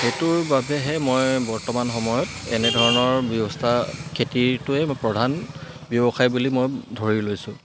সেইটোৰ বাবেহে মই বৰ্তমান সময়ত এনেধৰণৰ ব্যৱস্থা খেতিটোৱে মই প্ৰধান ব্যৱসায় বুলি মই ধৰি লৈছোঁ